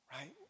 right